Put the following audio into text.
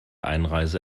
einreise